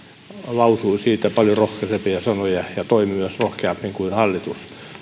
lausui siitä paljon rohkaisevia sanoja ja toimi myös rohkeammin kuin hallitus